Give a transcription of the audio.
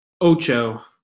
Ocho